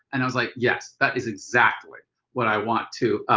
and i was like, yes that is exactly what i want to